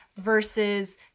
versus